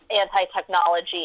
anti-technology